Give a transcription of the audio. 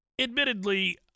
admittedly